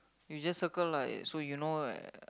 you just circle lah so you know right